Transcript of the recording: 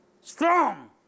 strong